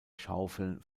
schaufeln